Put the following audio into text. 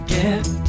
Get